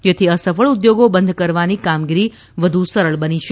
જેથી અસફળ ઉદ્યોગો બંધ કરવાનું કામગીરી વધુ સરળ બની છે